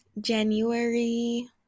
January